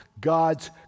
God's